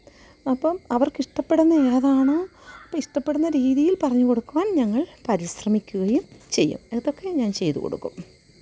അപ്പം അവര്ക്കിഷ്ടപ്പെടുന്ന ഏതാണോ അപ്പം ഇഷ്ടപ്പെടുന്ന രീതിയില് പറഞ്ഞു കൊടുക്കുവാന് ഞങ്ങള് പരിശ്രമിക്കുകയും ചെയ്യും ഇതൊക്കെ ഞാന് ചെയ്തു കൊടുക്കും